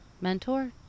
mentor